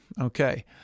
Okay